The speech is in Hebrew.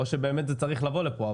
או שבאמת זה צריך לבוא לפה.